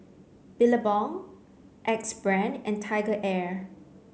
Billabong Axe Brand and TigerAir